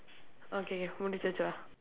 okay okay முடிச்சாச்சு வா:mudichsaachsu vaa